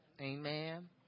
Amen